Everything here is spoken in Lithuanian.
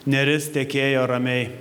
neris tekėjo ramiai